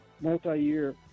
multi-year